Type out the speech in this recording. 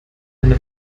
eine